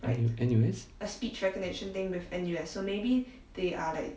N~ N_U_S